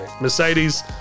Mercedes